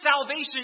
salvation